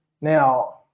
Now